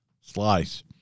slice